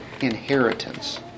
inheritance